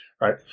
right